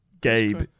Gabe